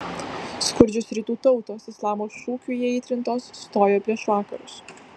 skurdžios rytų tautos islamo šūkių įaitrintos stojo prieš vakarus